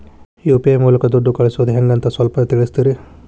UPI ಮೂಲಕ ದುಡ್ಡು ಕಳಿಸೋದ ಹೆಂಗ್ ಅಂತ ಸ್ವಲ್ಪ ತಿಳಿಸ್ತೇರ?